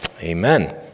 Amen